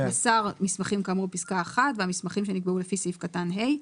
מסר מסמכים כאמור בפסקה 1 והמסמכים שנקבעו לפי סעיף קטן ה',